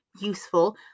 useful